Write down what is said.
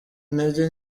intege